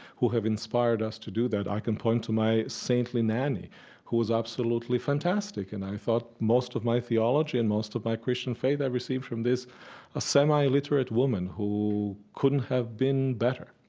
who have inspired us to do that. i can point to my saintly nanny who was absolutely fantastic. and i thought most of my theology and most of my christian faith i received from this ah semi-literate woman who couldn't have been better,